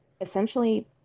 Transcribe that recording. essentially